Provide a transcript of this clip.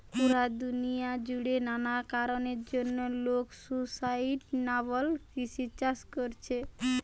পুরা দুনিয়া জুড়ে নানা কারণের জন্যে লোক সুস্টাইনাবল কৃষি চাষ কোরছে